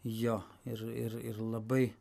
jo ir ir ir labai